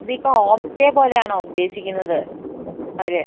ഇത് ഇപ്പോൾ homestay പോലെയാണോ ഉദ്ദേശിക്കുന്നത് അവര്